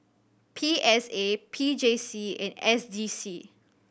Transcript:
P S A P J C and S D C